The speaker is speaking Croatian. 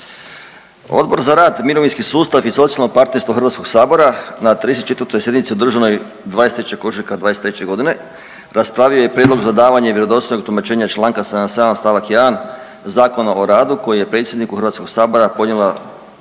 Odbor za rad, mirovinski sustav i socijalno partnerstvo HS-a na 34. sjednici održanoj 23. ožujka '23.g. raspravio je Prijedlog za davanje vjerodostojnog tumačenja čl. 77. st. 1. Zakona o radu koji je predsjedniku HS-a podnijela